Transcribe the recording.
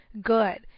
good